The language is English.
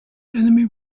enemy